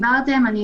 בוקר טוב לכולם.